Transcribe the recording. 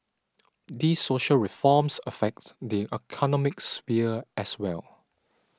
these social reforms affect the economic sphere as well